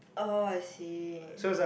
oh I see